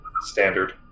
Standard